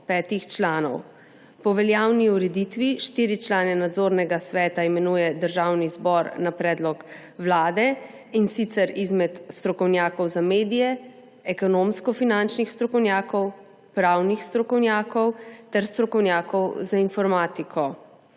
petih članov. Po veljavni ureditvi štiri člane Nadzornega sveta imenuje Državni zbor na predlog Vlade, in sicer izmed strokovnjakov za medije, ekonomsko-finančnih strokovnjakov, pravnih strokovnjakov ter strokovnjakov za informatiko.